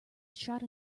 shot